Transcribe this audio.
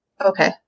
Okay